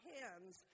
hands